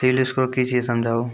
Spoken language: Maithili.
सिविल स्कोर कि छियै समझाऊ?